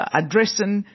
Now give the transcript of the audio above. addressing